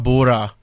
Bora